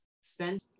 spend